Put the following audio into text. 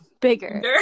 bigger